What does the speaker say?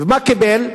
ומה קיבל?